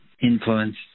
influence